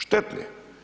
Štetne.